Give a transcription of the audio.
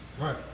right